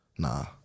Nah